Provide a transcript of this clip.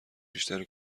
بیشتر